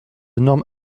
normes